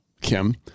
Kim